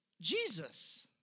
Jesus